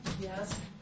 Yes